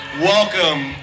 welcome